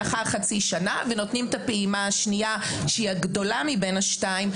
לאחר חצי שנה ונותנים את הפעימה השנייה שהיא הגדולה מבין השתיים,